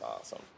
awesome